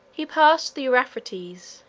he passed the euphrates,